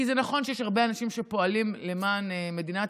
כי זה נכון שיש הרבה אנשים שפועלים למען מדינת